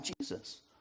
Jesus